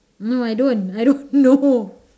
no I don't I don't know